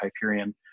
Hyperion